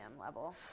level